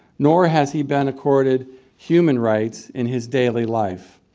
nor has he been accorded human rights in his daily life.